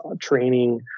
training